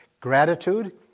gratitude